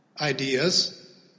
ideas